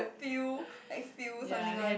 feel like feel something [one]